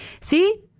see